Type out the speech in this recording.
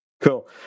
cool